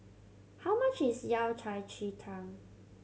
how much is Yao Cai ji tang